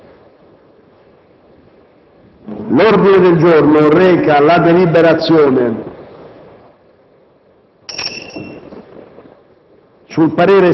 L'ordine del giorno reca la deliberazione